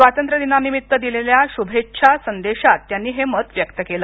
स्वातंत्र्य दिनानिमित्त दिलेल्या शुभेच्छा संदेशात त्यांनी हे मत व्यक्त केलं